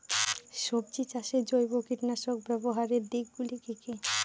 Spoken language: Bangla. সবজি চাষে জৈব কীটনাশক ব্যাবহারের দিক গুলি কি কী?